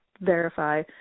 verify